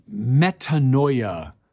metanoia